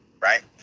right